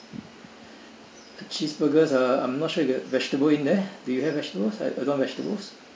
cheeseburgers uh I'm not sure you got vegetables in there do you have vegetables I I don't want vegetables